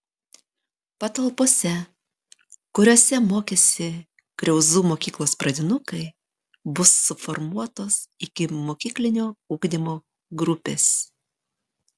patalpose kuriose mokėsi kriauzų mokyklos pradinukai bus suformuotos ikimokyklinio ugdymo grupės